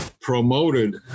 promoted